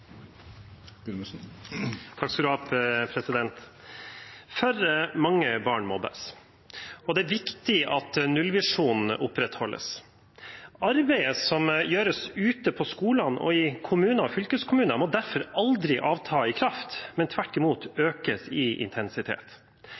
For mange barn mobbes. Det er viktig at nullvisjonen opprettholdes. Arbeidet som gjøres ute i skolene og i kommunene og fylkeskommunene, må derfor aldri avta i kraft, men tvert imot